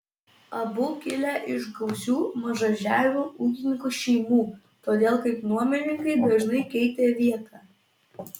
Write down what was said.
abu kilę iš gausių mažažemių ūkininkų šeimų todėl kaip nuomininkai dažnai keitė vietą